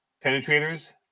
Penetrators